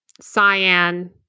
cyan